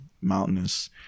mountainous